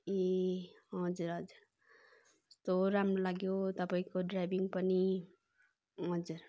ए हजुर हजुर कस्तो राम्रो लाग्यो तपाईँको ड्राइभिङ पनि हजुर